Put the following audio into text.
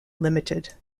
limited